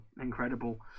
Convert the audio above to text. incredible